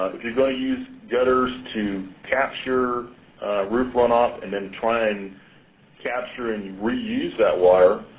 if you're going to use gutters to capture roof runoff and then try and capture and reuse that water,